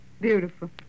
Beautiful